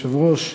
אדוני היושב-ראש,